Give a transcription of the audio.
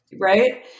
Right